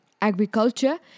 Agriculture